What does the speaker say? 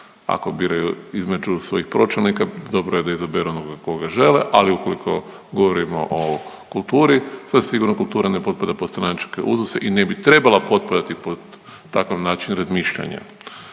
ako biraju između svojih pročelnika, dobro je da izaberu onoga koga žele ali ukoliko govorimo o kulturi, sasvim sigurno kultura ne potpada pod stranačke uzuse i ne bi trebala potpadati pod takav način razmišljanja.